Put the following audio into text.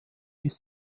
ist